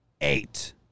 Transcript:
Eight